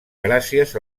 gràcies